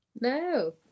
No